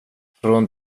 från